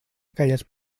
aquelles